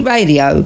Radio